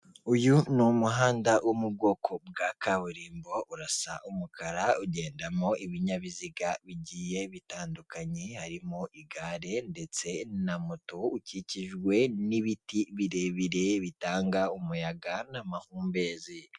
Uyu ni umuhanda wo mu bwoko bwa kaburimbo, urasa umukara ugendamo ibinyabiziga bigiye bitandukanye harimo igare ndetse na moto ukikijwe n'ibiti birebire bitanga umuyaga n'amahumbezi.